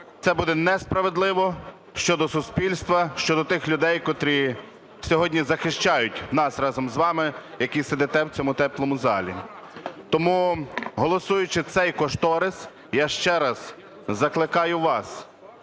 це буде несправедливо щодо суспільства, щодо тих людей, котрі сьогодні захищають нас разом з вами, які сидите в цьому теплому залі. Тому, голосуючий цей кошторис, я ще раз закликаю вас